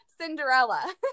Cinderella